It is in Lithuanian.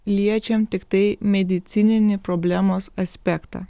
liečiam tiktai medicininį problemos aspektą